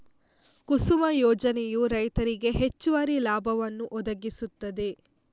ಕುಸುಮ ಯೋಜನೆಯು ರೈತರಿಗೆ ಹೆಚ್ಚುವರಿ ಲಾಭವನ್ನು ಒದಗಿಸುತ್ತದೆ